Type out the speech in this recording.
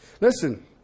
Listen